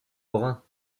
brun